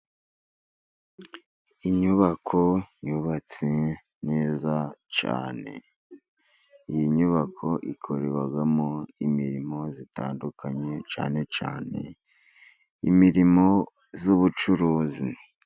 Inyubako yubatse neza cyane. Iyi nyubako ikorerwamo imirimo itandukanye, cyane cyane imirimo y'ubucuruzi.